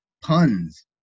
puns